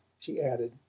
she added.